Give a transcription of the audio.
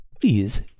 Please